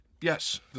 yes